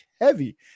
heavy